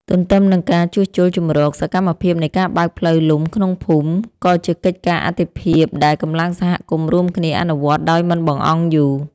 ទន្ទឹមនឹងការជួសជុលជម្រក សកម្មភាពនៃការបើកផ្លូវលំក្នុងភូមិ ក៏ជាកិច្ចការអាទិភាពដែលកម្លាំងសហគមន៍រួមគ្នាអនុវត្តដោយមិនបង្អង់យូរ។